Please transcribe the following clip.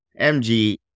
MG